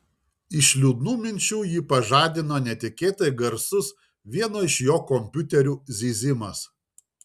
iš liūdnų minčių jį pažadino netikėtai garsus vieno iš jo kompiuterių zyzimas